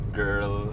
girl